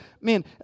man